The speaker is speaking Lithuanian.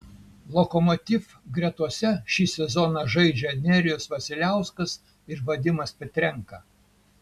lokomotiv gretose šį sezoną žaidžia nerijus vasiliauskas ir vadimas petrenka